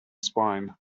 spine